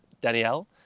Danielle